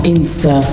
Insta